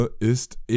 ist